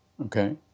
okay